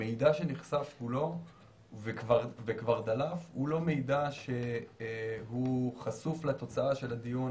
המידע שנחשף כולו וכבר דלף הוא לא מידע שהוא חשוף לתוצאה של הדיון